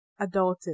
Adulted